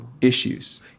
issues